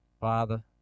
Father